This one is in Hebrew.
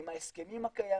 עם ההסכמים הקיימים,